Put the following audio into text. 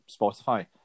Spotify